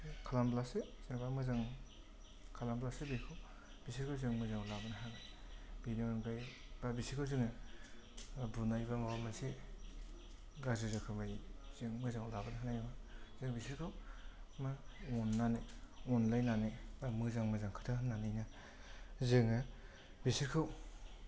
खालामब्लासो जेनबा मोजां खालामब्लासो बेखौ बिसोरखौ जों मोजाङाव लाबोनो हागोन बेनो ओमफ्राय बा बिसोरखौ जोङो बुनाय बा माबा मोनसे गाज्रि रोखोमै जों मोजाङाव लाबोनो हानाय नङा जों बिसोरखौ मा अन्नानै अनलायनानै बा मोजां मोजां खोथा होन्नानैनो जोङो बिसोरखौ